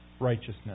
righteousness